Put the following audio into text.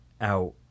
out